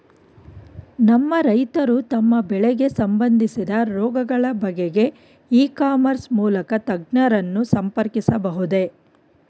ನಮ್ಮ ರೈತರು ತಮ್ಮ ಬೆಳೆಗೆ ಸಂಬಂದಿಸಿದ ರೋಗಗಳ ಬಗೆಗೆ ಇ ಕಾಮರ್ಸ್ ಮೂಲಕ ತಜ್ಞರನ್ನು ಸಂಪರ್ಕಿಸಬಹುದೇ?